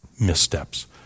missteps